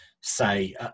say